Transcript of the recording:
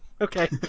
Okay